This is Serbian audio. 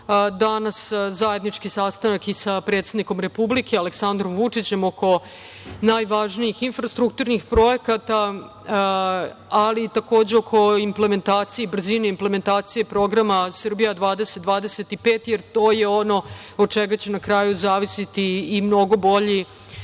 danas zajednički sastanak i sa predsednikom Republike, Aleksandrom Vučićem oko najvažnijih infrastrukturnih projekata, ali takođe oko implementacije i brzine implementacije Programa „Srbija 2025“, jer to je ono od čega će na kraju zavisiti i mnogo bolji